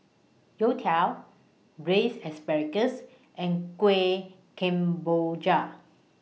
Youtiao Braised Asparagus and Kueh Kemboja